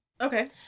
Okay